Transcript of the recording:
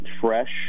fresh